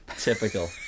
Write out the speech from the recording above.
typical